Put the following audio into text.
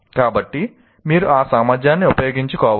కాబట్టి మీరు ఆ సామర్థ్యాన్ని ఉపయోగించుకోవాలి